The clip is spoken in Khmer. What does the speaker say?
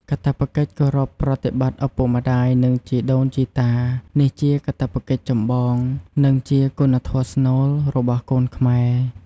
កាតព្វកិច្ចគោរពប្រតិបត្តិឪពុកម្ដាយ និងជីដូនជីតា នេះជា កាតព្វកិច្ចចម្បង និងជាគុណធម៌ស្នូល របស់កូនខ្មែរ។